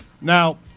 Now